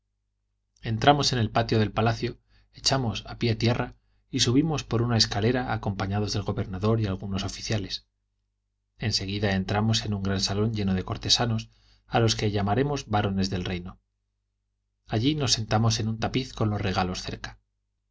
entramos en el patio del palacio echamos pie a tierra y subimos por una escalera acompañados del gobernador y algunos oficiales en seguida entramos en un gran salón lleno de cortesanos a los que llamaremos barones del reino allí nos sentamos en un tapiz con los regalos cerca